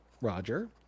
Roger